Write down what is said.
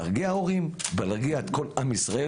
להרגיע הורים ולהרגיע את כל עם ישראל.